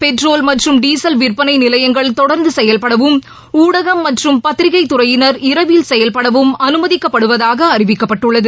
petrol மற்றும் diesel விற்பனை நிலையங்கள் தொடர்ந்து செயல்படவும் ஊடகம் மற்றும் பத்திரிகைத் துறையினர் இரவில் செயல்படவும் அனுமதிக்கப்படுவதாக அறிவிக்கப்பட்டுள்ளது